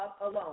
alone